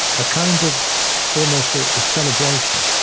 a kind of almost ah a celebration